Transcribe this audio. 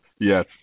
Yes